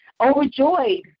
overjoyed